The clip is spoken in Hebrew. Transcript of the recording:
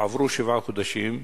עברו שבעה חודשים,